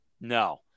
No